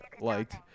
liked